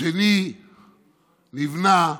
השני נבנה,